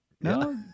No